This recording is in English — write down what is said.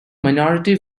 minority